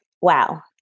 wow